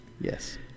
Yes